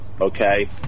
Okay